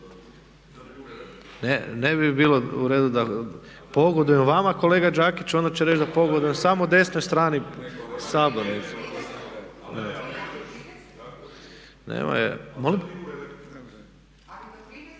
Ne bi bilo u redu pogodujem vama kolega Đakiću, onda će reći da pogodujem samo desnoj strani